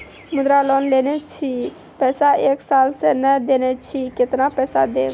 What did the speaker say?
मुद्रा लोन लेने छी पैसा एक साल से ने देने छी केतना पैसा देब?